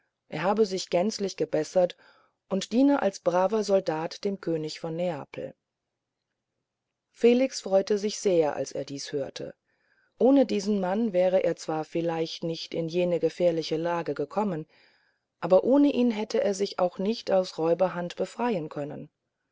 er habe sich gänzlich gebessert und diene als braver soldat dem könig von neapel felix freute sich als er dies hörte ohne diesen mann wäre er zwar vielleicht nicht in jene gefährliche lage gekommen aber ohne ihn hätte er sich auch nicht aus räuberhand befreien können